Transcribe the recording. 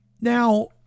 Now